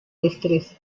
destreza